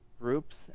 groups